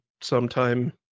sometime